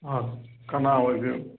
ꯀꯅꯥ ꯑꯣꯏꯕꯤꯔꯕ